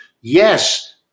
Yes